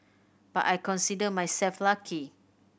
but I consider myself lucky